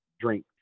drink